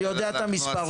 אני יודע את המספרים.